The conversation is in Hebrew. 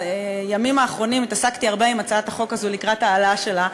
בימים האחרונים התעסקתי הרבה עם הצעת החוק הזאת לקראת ההעלאה שלה,